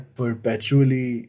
perpetually